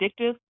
addictive